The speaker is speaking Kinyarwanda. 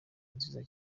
nziza